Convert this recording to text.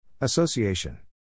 Association